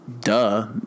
duh